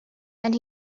and